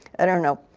i don't know.